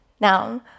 Now